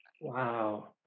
wow